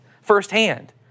firsthand